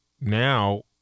now